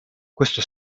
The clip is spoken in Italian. questo